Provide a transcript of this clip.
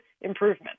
improvement